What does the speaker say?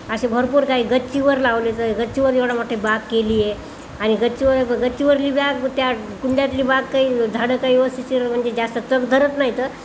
असे भरपूर काही गच्चीवर लावले तर गच्चीवर एवढा मोठी बाग केली आहे आणि गच्चीवर गच्चीवरली बॅग त्या कुंड्यातली बाग काही झाडं काही व्यवस्थित म्हणजे जास्त तग धरत नाहीत